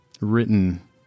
written